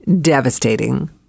devastating